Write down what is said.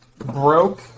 broke